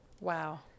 Wow